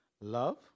love